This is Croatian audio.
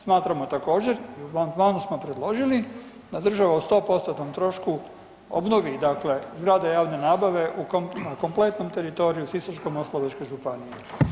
Smatramo također, i u amandmanu smo predložili, da država u 100%-tnom trošku obnovi dakle zgrade javne nabave u kompletnom teritoriju Sisačko-moslavačke županije.